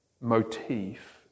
motif